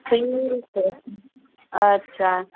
ठीक हय अच्छा